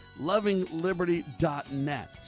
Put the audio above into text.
Lovingliberty.net